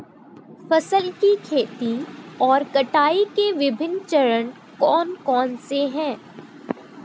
फसल की खेती और कटाई के विभिन्न चरण कौन कौनसे हैं?